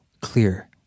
clear